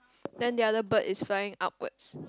then the other bird is flying upwards